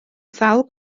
sawl